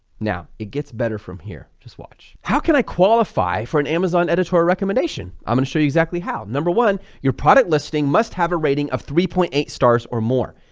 now it gets better from here, just watch how can i qualify for an amazon editorial recommendation i'm going to show you exactly how. number one, your product listing must have a rating of three point eight stars or more.